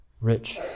rich